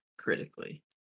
critically